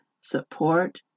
support